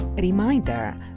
reminder